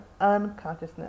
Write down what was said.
unconsciousness